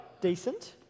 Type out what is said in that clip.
decent